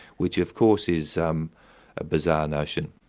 which of course is um a bizarre notion.